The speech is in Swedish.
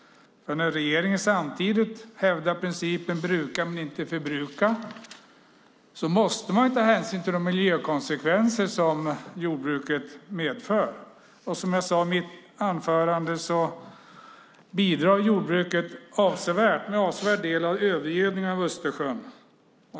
Regeringen hävdar samtidigt principen att man ska bruka men inte förbruka. Då måste man ta hänsyn till de miljökonsekvenser som jordbruket medför. Som jag sade i mitt anförande bidrar jordbruket till en avsevärd del av övergödningen av Östersjön.